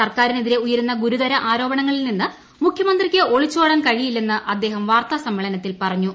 സർക്കാരിനെതിരെ ഉയരുന്ന ഗുരുതര ആരോപണങ്ങളിൽ നിന്ന് മുഖ്യമന്ത്രിക്ക് ഒളിച്ചോടാൻ കഴിയില്ലെന്ന് അദ്ദേഹം വാർത്താസമ്മേളനത്തിൽ പറഞ്ഞു